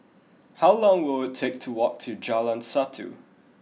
how long will take to walk to Jalan Satu